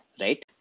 right